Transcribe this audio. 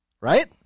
Right